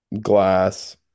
Glass